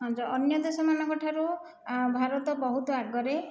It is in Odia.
ଅନ୍ୟ ଦେଶମାନଙ୍କ ଠାରୁ ଭାରତ ବହୁତ ଆଗରେ